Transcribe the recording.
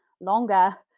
longer